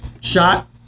shot